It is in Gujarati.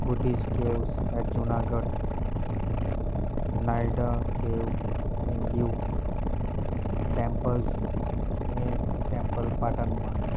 બુધ્ધિજ કેવુજ એટ જૂનાગઢ નાઈડા cave in Diu temple temple પાટનમાં